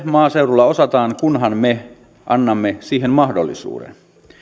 maaseudulla osataan kunhan me annamme siihen mahdollisuuden